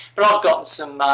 but i've gotten some